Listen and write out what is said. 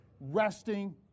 resting